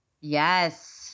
yes